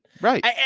right